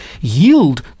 yield